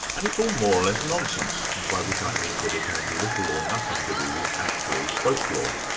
and it's all more or less nonsense, by which i mean that it has little or nothing to do with actual folklore.